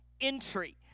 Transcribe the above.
entry